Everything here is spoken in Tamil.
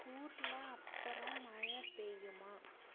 கூரில் அப்புறம் மழை பெய்யுமா